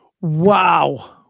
wow